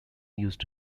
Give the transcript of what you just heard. used